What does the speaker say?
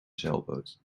zeilboot